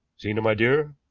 zena, my dear,